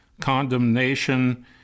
condemnation